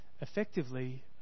effectively